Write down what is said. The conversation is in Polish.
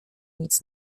nic